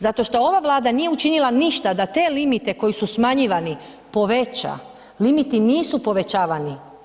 Zato što ova Vlada nije učinila ništa da te limite koji su smanjivani poveća, limiti nisu povećavani.